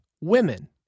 women